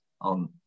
on